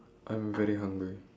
I'm very hungry